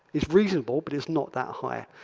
it's reasonable but it's not that high.